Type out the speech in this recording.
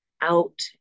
out